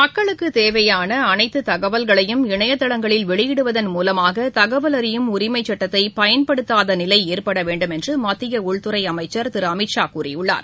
மக்களுக்குத் தேவையானஅனைத்துதகவல்களையும் இணையதளங்களில் வெளியிடுவகன் மூலமாகதகவல் அறியும் உரிமைச் சட்டத்தைபயன்படுத்தாதநிலைஏற்படவேண்டுமென்றுமத்தியஉள்துறைஅமைச்சர் திருஅமித்ஷா கூறியுள்ளார்